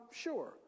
sure